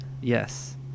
Yes